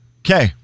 Okay